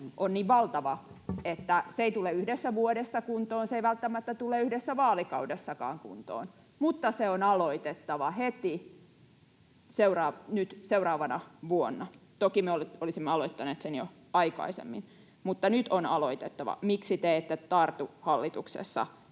on niin valtava, että se ei tule yhdessä vuodessa kuntoon, se ei välttämättä tulee yhdessä vaalikaudessakaan kuntoon, mutta se on aloitettava heti seuraavana vuonna. Toki me olisimme aloittaneet sen jo aikaisemmin, mutta nyt on aloitettava. Miksi te ette tartu hallituksessa